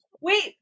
wait